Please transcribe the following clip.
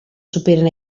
superen